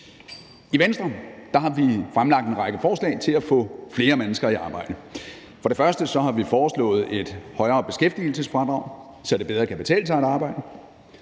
I Venstre har vi fremlagt en række forslag til at få flere mennesker i arbejde. For det første har vi foreslået et højere beskæftigelsesfradrag, så det bedre kan betale sig at arbejde.